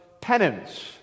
penance